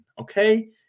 Okay